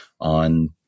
on